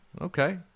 okay